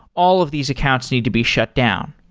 all of these accounts needs to be shut down.